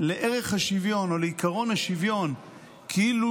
לערך השוויון או לעקרון השוויון כאילו